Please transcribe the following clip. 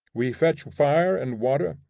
we fetch fire and water,